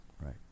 right